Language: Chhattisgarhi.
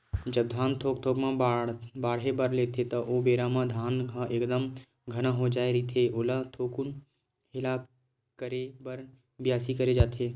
जब धान थोक थोक बाड़हे बर लेथे ता ओ बेरा म धान ह एकदम घना हो जाय रहिथे ओला थोकुन हेला करे बर बियासी करे जाथे